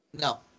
No